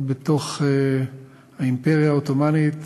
חיו בתוך האימפריה העות'מאנית,